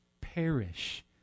perish